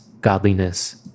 godliness